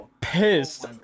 pissed